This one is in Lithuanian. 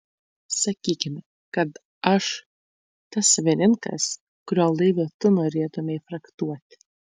sakykime kad aš tas savininkas kurio laivą tu norėtumei frachtuoti